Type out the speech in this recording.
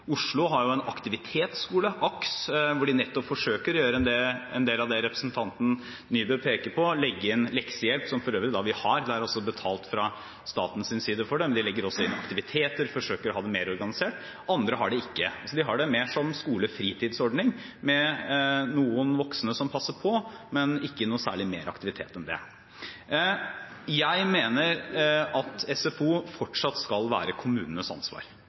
Oslo har en aktivitetsskole, AKS, hvor de forsøker å gjøre nettopp en del av det representanten Nybø peker på: legge inn leksehjelp – som vi for øvrig har, og som er betalt fra statens side – og aktiviteter, så de forsøker å ha det mer organisert. Andre har det ikke – de har det mer som skolefritidsordning, med noen voksne som passer på, men ikke noe særlig mer aktivitet enn det. Jeg mener at SFO fortsatt skal være kommunenes ansvar.